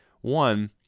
one